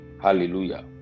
hallelujah